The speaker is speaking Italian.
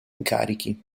incarichi